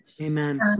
amen